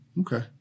Okay